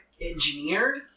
engineered